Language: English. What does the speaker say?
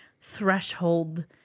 threshold